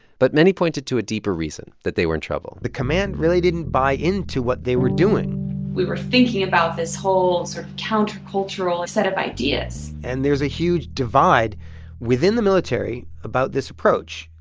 but many pointed to a deeper reason that they were in trouble the command really didn't buy into what they were doing we were thinking about this whole sort of countercultural set of ideas and there's a huge divide within the military about this approach,